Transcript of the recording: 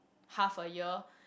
half a year